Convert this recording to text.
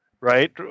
right